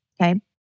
okay